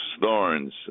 thorns